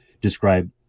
describe